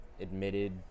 admitted